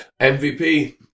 MVP